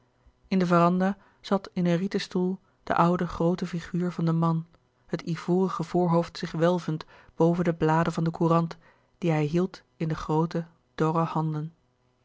in de verandah zat in een rieten stoel de oude groote figuur van den man het ivorige voorhoofd zich welvend boven de bladen van de courant die hij hield in de groote dorre handen